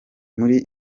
muri